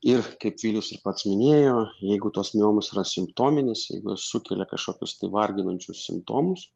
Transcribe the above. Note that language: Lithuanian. ir kaip vilius ir pats minėjo jeigu tos miomos yra simptominės jeigu jos sukelia kažkokius tai varginančius simptomus